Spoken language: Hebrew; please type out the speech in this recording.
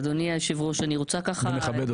אדוני היושב ראש, אני רוצה לומר